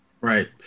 Right